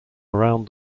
around